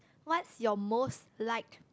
what's your most liked